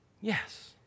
Yes